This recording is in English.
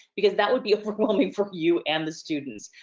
because that would be overwhelming for you and the students.